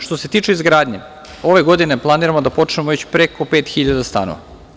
Što se tiče izgradnje, ove godine planiramo da počnemo već preko pet hiljada stanova.